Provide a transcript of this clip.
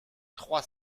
trois